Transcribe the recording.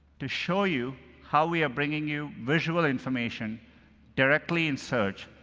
to show you how we are bringing you visual information directly in search,